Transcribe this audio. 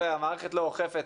והמערכת לא אוכפת,